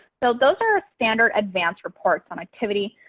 so those are our standard advanced reports on activity,